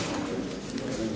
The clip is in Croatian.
Hvala